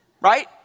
Right